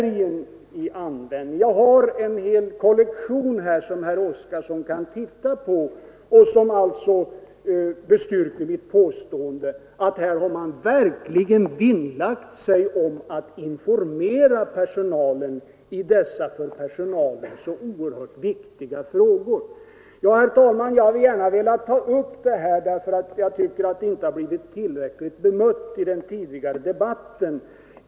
Jag har en hel kollektion här som herr Oskarson kan titta på och som alltså bestyrker mitt påstående, att man verkligen har vinnlagt sig om att informera personalen i dessa för den så oerhört viktiga frågor. Herr talman! Jag har gärna velat ta upp det här, eftersom jag tycker att det inte blivit tillräckligt bemött i den tidigare debatten.